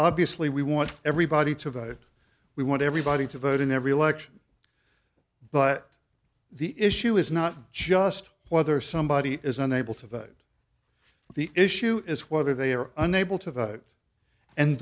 obviously we want everybody to vote we want everybody to vote in every election but the issue is not just whether somebody is unable to vote the issue is whether they are unable to vote and